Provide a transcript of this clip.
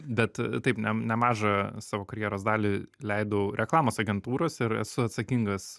bet taip ne nemažą savo karjeros dalį leidau reklamos agentūrose ir esu atsakingas